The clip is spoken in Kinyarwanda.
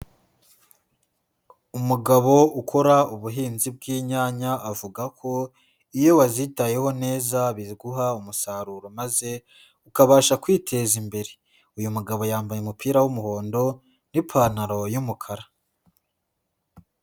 Umugabo ukora ubuhinzi bw'inyanya avuga ko iyo wazitayeho neza biguha umusaruro maze ukabasha kwiteza imbere, uyu mugabo yambaye umupira w'umuhondo n'ipantaro y'umukara.